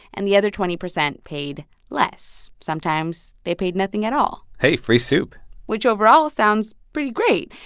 and the other twenty percent paid less. sometimes they paid nothing at all hey, free soup which overall sounds pretty great.